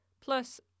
plus